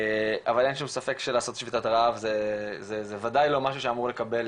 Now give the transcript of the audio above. אבל אין שום ספק שלעשות שביתת רעב זה ודאי לא משהו שאמור לקבל